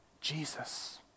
jesus